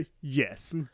Yes